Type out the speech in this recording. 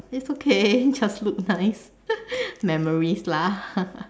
it's okay just look nice memories lah